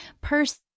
person